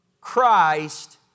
Christ